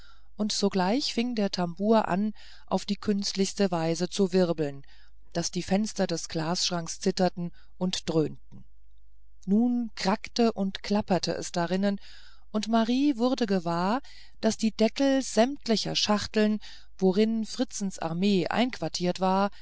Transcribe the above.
und sogleich fing der tambour an auf die künstlichste weise zu wirbeln daß die fenster des glasschranks zitterten und dröhnten nun krackte und klapperte es drinnen und marie wurde gewahr daß die deckel sämtlicher schachteln worin fritzens armee einquartiert war